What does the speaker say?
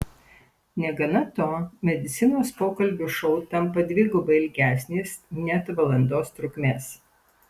negana to medicinos pokalbių šou tampa dvigubai ilgesnis net valandos trukmės